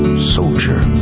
soldier.